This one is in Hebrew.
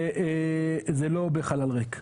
וזה לא בחלל ריק.